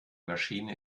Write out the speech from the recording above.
maschine